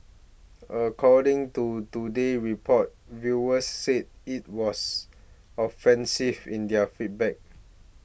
according to Today Report viewers said it was offensive in their feedback